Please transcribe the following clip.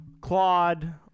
Claude